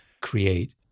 create